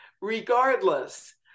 Regardless